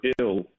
ill